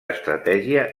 estratègia